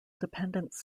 dependence